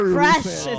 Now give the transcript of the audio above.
fresh